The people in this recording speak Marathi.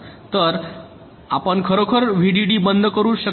तर आपण खरोखर व्हीडीडी बंद करू शकत नाही